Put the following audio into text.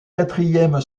quatrième